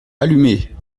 allumez